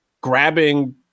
grabbing